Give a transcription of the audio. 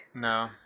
No